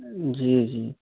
जी जी